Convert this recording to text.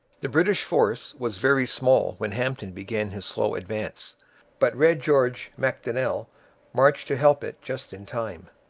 the british force was very small when hampton began his slow advance but red george macdonell marched to help it just in time.